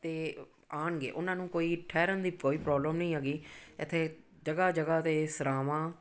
ਤਾਂ ਆਉਣਗੇ ਉਹਨਾਂ ਨੂੰ ਕੋਈ ਠਹਿਰਣ ਦੀ ਕੋਈ ਪ੍ਰੋਬਲਮ ਨਹੀਂ ਹੈਗੀ ਇੱਥੇ ਜਗ੍ਹਾ ਜਗ੍ਹਾ 'ਤੇ ਸਰਾਂਵਾਂ